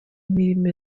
mirimo